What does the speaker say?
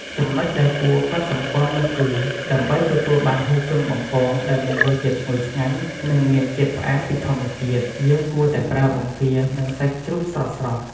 ចំណុចដែលគួរកត់សម្គាល់នោះគឺ ដើម្បីទទួលបានហ៊ូគឹងបំពងដែលមានរសជាតិឈ្ងុយឆ្ងាញ់ និងមានជាតិផ្អែមពីធម្មជាតិ យើងគួរតែប្រើ បង្គា និងសាច់ជ្រូកស្រស់ៗ។